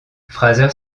fraser